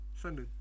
Sunday